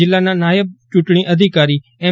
જિલ્લાના નાયબ ચૂંટણી અધિકારી એમ